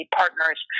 partners